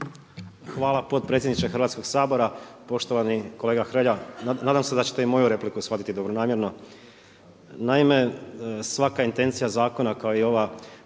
Hvala potpredsjedniče Hrvatskog sabora. Poštovani kolega Hrelja, nadam se da ćete i moju repliku shvatiti dobronamjerno. Naime, svaka intencija zakona kao i ova